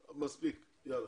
מספיק, יאללה,